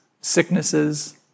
sicknesses